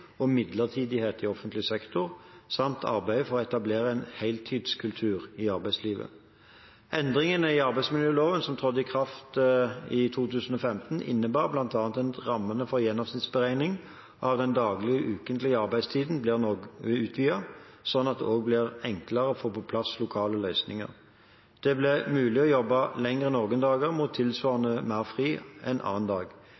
og midlertidighet i offentlig sektor, samt for å etablere en heltidskultur i arbeidslivet. Endringene i arbeidsmiljøloven som trådte i kraft i 2015, innebar bl.a. at rammene for gjennomsnittsberegning av den daglige og ukentlige arbeidstiden ble noe utvidet, slik at det også ble enklere å få på plass lokale løsninger. Det ble mulig å jobbe lenger noen dager mot tilsvarende mer fri en annen dag.